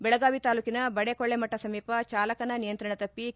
ಬೆಳಗಾವಿ ತಾಲೂಕಿನ ಬಡೆಕೊಳ್ಳಮಠ ಸಮೀಪ ಚಾಲಕನ ನಿಯಂತ್ರಣ ತಪ್ಪಿ ಕೆ